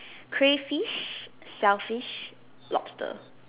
cray fish shell fish lobster